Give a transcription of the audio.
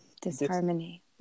Disharmony